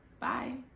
Bye